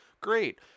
Great